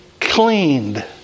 cleaned